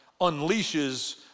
unleashes